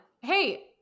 Hey